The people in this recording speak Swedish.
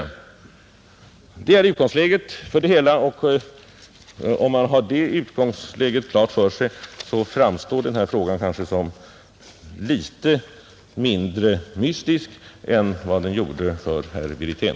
Det är utgångsläget, och om man har det klart för sig så framstår denna fråga kanske som litet mindre mystisk än vad den gjorde för herr Wirtén,